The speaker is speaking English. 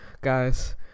Guys